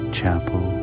chapel